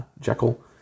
Jekyll